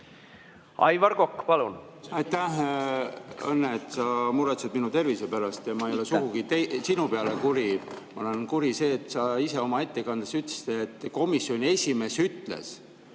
Aivar Kokk, palun!